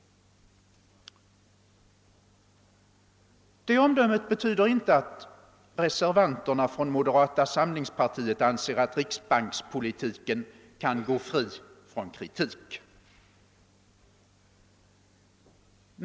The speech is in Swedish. Det omdömet betyder inte att reservanterna från moderata samlingspartiet anser att riksbankspolitiken kan gå fri från kritik.